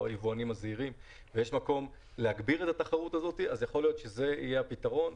יכול להיות שזה יהיה הפתרון.